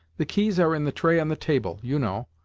the keys are in the tray on the table, you know.